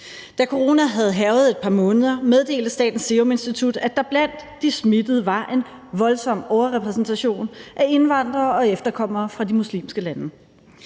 Da corona havde hærget et par måneder, meddelte Statens Serum Institut, at der blandt de smittede var en voldsom overrepræsentation af indvandrere og efterkommere fra de muslimske lande.